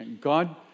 God